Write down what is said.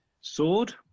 Sword